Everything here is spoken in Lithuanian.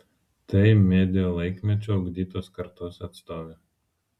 tai media laikmečio ugdytos kartos atstovė